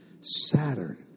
Saturn